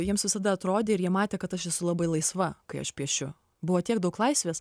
jiems visada atrodė ir jie matė kad aš esu labai laisva kai aš piešiu buvo tiek daug laisvės